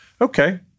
Okay